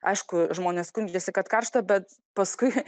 aišku žmonės skundžiasi kad karšta bet paskui